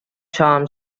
charm